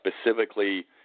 specifically